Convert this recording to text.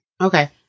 Okay